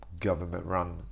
government-run